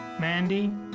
Mandy